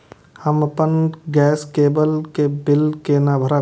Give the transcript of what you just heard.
हम अपन गैस केवल के बिल केना भरब?